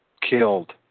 killed